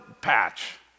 patch